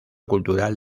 cultural